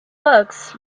bugs